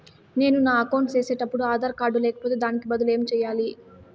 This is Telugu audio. నేను నా అకౌంట్ సేసేటప్పుడు ఆధార్ కార్డు లేకపోతే దానికి బదులు ఏమి సెయ్యాలి?